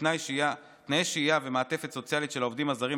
תנאי שהייה ומעטפת סוציאלית של העובדים הזרים,